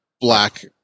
black